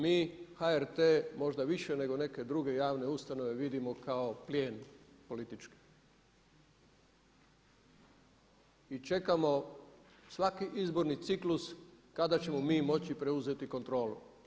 Mi HRT možda više nego neke druge javne ustanove vidimo kao plijen politički i čekamo svaki izborni ciklus kada ćemo mi moći preuzeti kontrolu.